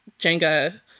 Jenga